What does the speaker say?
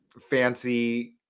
fancy